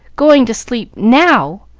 going to sleep now!